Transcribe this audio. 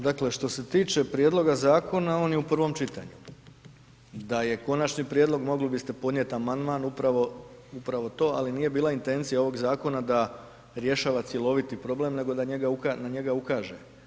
Dakle što se tiče prijedloga zakona on je u prvom čitanju, da je konačni prijedlog mogli biste podnijeti amandman upravo, upravo to, ali nije bila intencija ovog zakona da rješava cjeloviti problem nego da na njega ukaže.